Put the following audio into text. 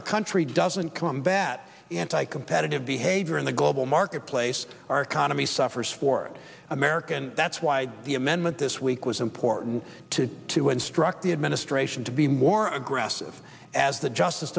our country doesn't come back at anti competitive behavior in the global marketplace our economy suffers for america and that's why the amendment this week was important to to instruct the administration to be more aggressive as the justice